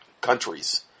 countries